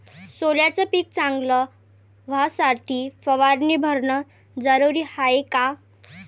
सोल्याचं पिक चांगलं व्हासाठी फवारणी भरनं जरुरी हाये का?